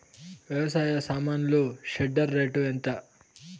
వ్యవసాయ సామాన్లు shredder rate ఎంత?